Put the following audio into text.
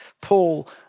Paul